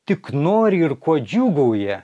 tik nori ir kuo džiūgauja